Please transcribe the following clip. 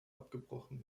abgebrochen